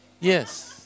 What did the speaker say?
Yes